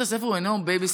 בית הספר הוא בייביסיטר,